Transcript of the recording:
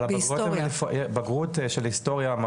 אבל בגרות של היסטוריה,